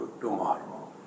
tomorrow